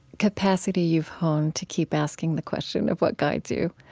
capacity you've honed to keep asking the question of what guides you,